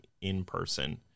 in-person